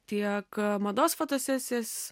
tiek mados fotosesijas